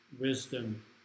wisdom